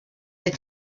est